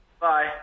Bye